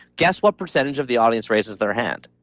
guess what percentage of the audience raises their hand?